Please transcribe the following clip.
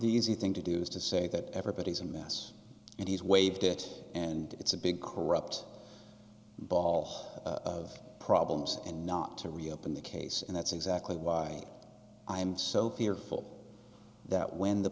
easy thing to do is to say that everybody's a mess and he's waived it and it's a big corrupt ball of problems and not to reopen the case and that's exactly why i'm so fearful that when the